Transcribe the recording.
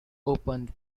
opened